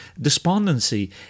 despondency